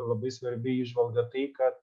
labai svarbi įžvalga tai kad